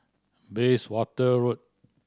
Bayswater Road